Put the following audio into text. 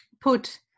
put